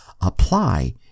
apply